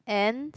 and